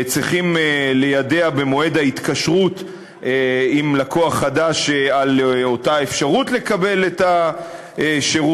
צריכים ליידע במועד ההתקשרות עם לקוח חדש על האפשרות לקבל את השירות,